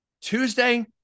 Tuesday